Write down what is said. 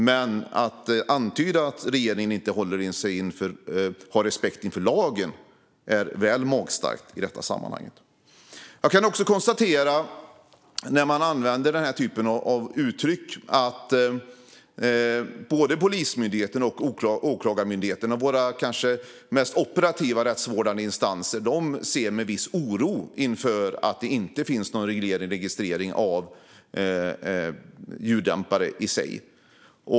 Men att antyda att regeringen inte har respekt för lagen är lite väl magstarkt. Jag kan också konstatera, när man använder den här typen av uttryck, att både Polismyndigheten och Åklagarmyndigheten - våra kanske mest operativa rättsvårdande instanser - ser med viss oro på att det inte finns någon reglering och registrering av ljuddämpare i sig.